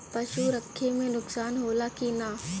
पशु रखे मे नुकसान होला कि न?